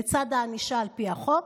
לצד הענישה על פי החוק,